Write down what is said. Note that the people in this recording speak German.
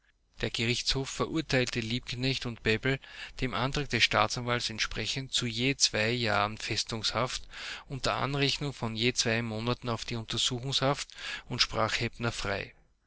der gerichtshof verurteilte liebknecht und bebel dem antrage des staatsanwalts entsprechend zu je zwei jahren festungshaft unter anrechnung von je zwei monaten auf die untersuchungshaft und sprach